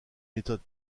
méthode